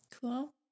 Cool